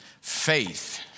faith